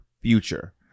future